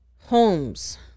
homes